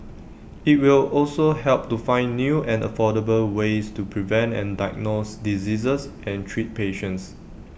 IT will also help to find new and affordable ways to prevent and diagnose diseases and treat patients